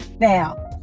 now